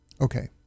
Okay